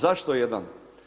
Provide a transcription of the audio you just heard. Zašto jedan?